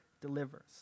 delivers